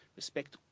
respect